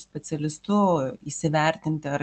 specialistu įsivertinti ar